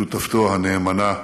ושותפתו הנאמנה